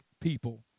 people